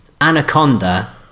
Anaconda